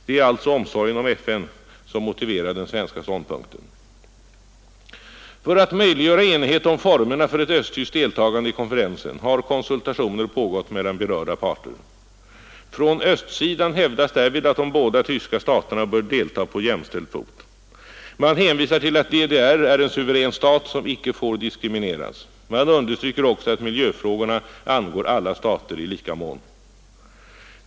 Det är alltså omsorgen om FN, som motiverar den svenska ståndpunkten. För att möjliggöra enighet om formerna för ett östtyskt deltagande i konferensen har konsultationer pågått mellan berörda parter. Från östsidan hävdas därvid att de båda tyska staterna bör delta på jämställd fot. Man hänvisar till att DDR är en suverän stat som inte får diskrimineras. Man understryker också att miljöfrågorna angår alla stater i lika mån.